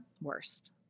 Worst